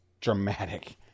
dramatic